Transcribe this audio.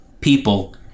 people